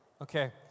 Okay